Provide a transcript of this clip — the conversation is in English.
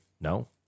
no